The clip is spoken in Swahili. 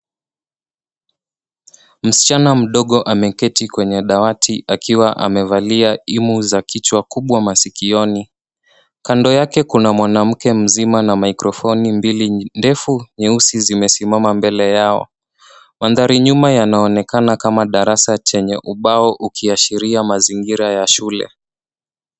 Msichana mdogo ameketi kwenye dawati akiwa amevalia imu za kichwa kubwa masikioni. Kando yake kuna mwanamke mzima na microphone mbili ndefu nyeusi zimesimama mbele yao. Mandhari nyuma yanaonekana kama darasa chenye ubao ukiashiria mazingira ya shule.